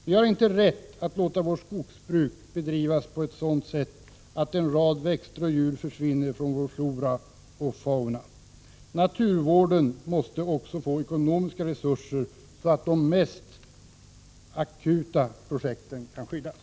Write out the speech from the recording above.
Vi har inte rätt att låta vårt skogsbruk bedrivas på ett sådant sätt att en rad växter och djur försvinner från vår flora och fauna. Naturvården måste få ekonomiska resurser så att skyddsåtgärder kan vidtas i de mest akuta avseendena.